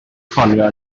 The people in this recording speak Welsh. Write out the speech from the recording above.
ffonio